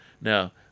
Now